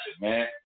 man